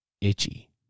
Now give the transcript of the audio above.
Itchy